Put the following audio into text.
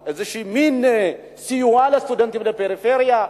על איזשהו מין סיוע לסטודנטים בפריפריה,